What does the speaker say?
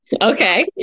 Okay